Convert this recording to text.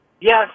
yes